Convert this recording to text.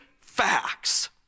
facts